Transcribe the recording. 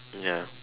ya